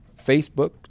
Facebook